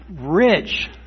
rich